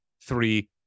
three